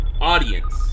audience